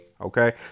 Okay